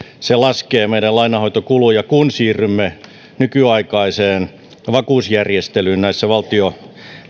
se laskee meidän lainanhoitokuluja kun siirrymme nykyaikaiseen vakuusjärjestelyyn näissä valtion